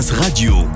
Radio